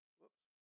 whoops